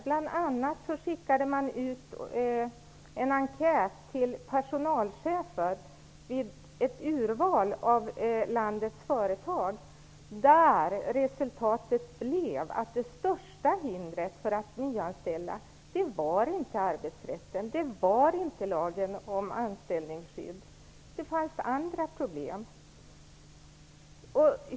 Bl.a. skickades det ut en enkät till personalchefer i ett urval av landets företag. Resultatet av undersökningen blev att det största hindret för att nyanställa inte var arbetsrätten och lagen om anställningsskydd. Det fanns andra problem.